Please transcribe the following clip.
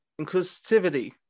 inclusivity